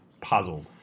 puzzled